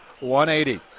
180